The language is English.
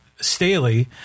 Staley